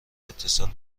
اتصال